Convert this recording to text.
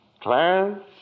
Clarence